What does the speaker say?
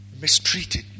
mistreated